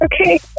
Okay